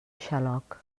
xaloc